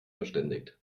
verständigt